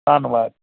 ਧੰਨਵਾਦ